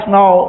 now